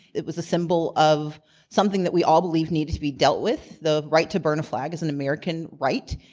it was a symbol of something that we all believed needed to be dealt with. the right to burn a flag is an american right.